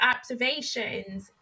observations